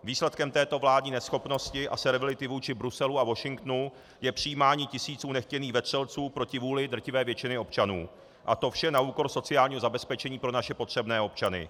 Výsledkem této vládní neschopnosti a servility vůči Bruselu a Washingtonu je přijímání tisíců nechtěných vetřelců proti vůli drtivé většiny občanů, a to vše na úkor sociálního zabezpečení pro naše potřebné občany.